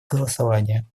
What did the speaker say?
голосования